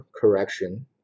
correction